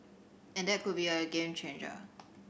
and that could be a game changer